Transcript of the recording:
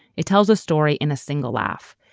it tells a story in a single laugh.